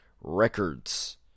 Records